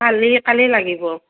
কালি কালি লাগিব